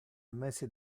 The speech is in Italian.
mese